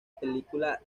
película